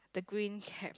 the green cap